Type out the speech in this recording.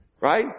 Right